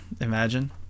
Imagine